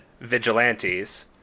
vigilantes